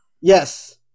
Yes